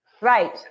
Right